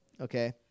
okay